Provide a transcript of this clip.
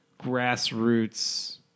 grassroots